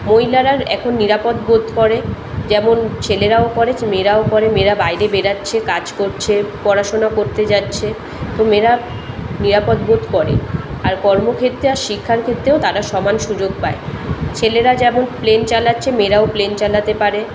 মহিলারা এখন নিরাপদ বোধ করে যেমন ছেলেরাও করে মেয়েরাও করে মেয়েরা বাইরে বেরোচ্ছে কাজ করছে পড়াশোনা করতে যাচ্ছে তো মেয়েরা নিরাপদ বোধ করে আর কর্মক্ষেত্রে আর শিক্ষার ক্ষেত্রেও তারা সমান সুযোগ পায় ছেলেরা যেমন প্লেন চালাচ্ছে মেয়েরাও প্লেন চালাতে পারে